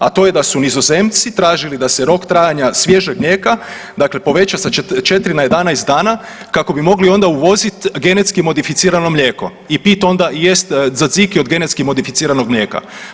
A to je da su Nizozemci tražili da se rok trajanja svježeg mlijeka dakle poveća sa 4 na 11 dana kako bi mogli onda uvoziti genetski modificirano mlijeko i piti onda i jest …/nerazumljivo/… od genetski modificiranog mlijeka.